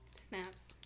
Snaps